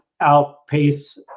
outpace